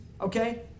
okay